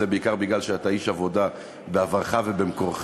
וזה בעיקר מפני שאתה איש העבודה בעברך ובמקורך,